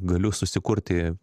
galiu susikurti